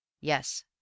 Yes